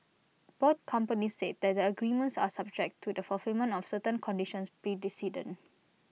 both companies said that the agreements are subject to the fulfilment of certain conditions precedent